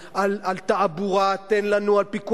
יגידו: בשביל מה?